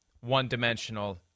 one-dimensional